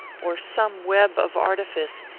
or some web of artifice,